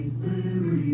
liberty